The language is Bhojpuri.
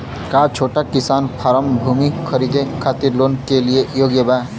का छोटा किसान फारम भूमि खरीदे खातिर लोन के लिए योग्य बा?